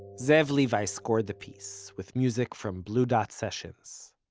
zev levi scored the piece with music from blue dot sessions.